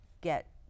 get